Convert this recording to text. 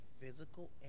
physical